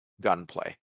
gunplay